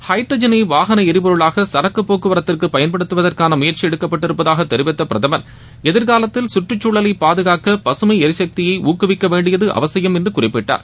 ஹைட்ரஜனை வாகன எரிபொருளாக சரக்கு போக்குவரத்திற்கு பயன்படுத்துவதற்கான முயற்சி எடுக்கப்பட்டிருப்பதாக தெரிவித்த பிரதமர் எதிர்காலத்தில் கற்றுக்குழலை பாதுஙாக்க பசுமை எரிசக்தியே ஊக்குவிக்க வேண்டியது அவசியம் என்று குறிப்பிட்டார்